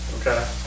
Okay